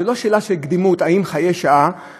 זה לא שאלה של קדימות אם חיי שעה,